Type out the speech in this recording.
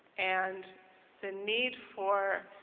and the need for